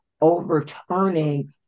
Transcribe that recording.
overturning